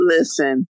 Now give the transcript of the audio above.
Listen